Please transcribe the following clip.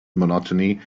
monotony